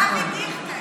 אבי דיכטר